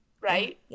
right